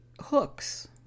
hooks